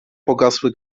pogasły